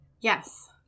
Yes